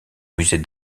musée